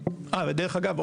ודרך אגב,